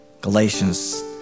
Galatians